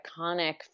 iconic